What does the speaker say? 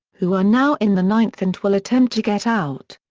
who are now in the ninth and will attempt to get out.